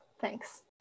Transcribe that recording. Thanks